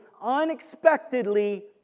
unexpectedly